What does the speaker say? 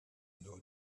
know